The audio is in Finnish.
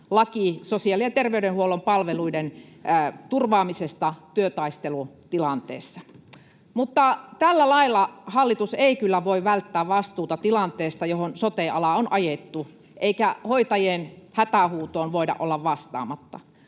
laki sosiaali- ja terveydenhuollon palveluiden turvaamisesta työtaistelutilanteessa. Mutta tällä lailla hallitus ei kyllä voi välttää vastuuta tilanteesta, johon sote-ala on ajettu, eikä hoitajien hätähuutoon voida olla vastaamatta.